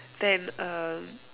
then um